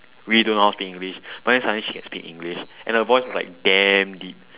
really don't know how to speak english but then suddenly she can speak english and her voice like damn deep